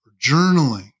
journaling